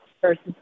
versus